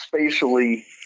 spatially